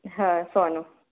હા સોનું